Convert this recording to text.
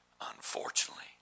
unfortunately